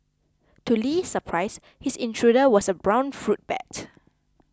to Li's surprise his intruder was a brown fruit bat